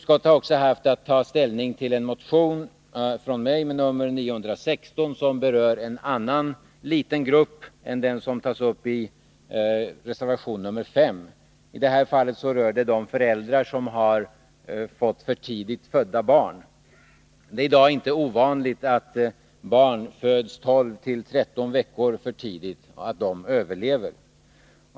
Utskottet har också haft att ta ställning till en motion från mig med nr 916, som berör en annan liten grupp än den som tas upp i reservation 5. I det här fallet handlar det om de föräldrar som har fått för tidigt födda barn. Det är i dag inte ovanligt att barn föds 12-13 veckor för tidigt och att de överlever.